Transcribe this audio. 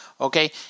Okay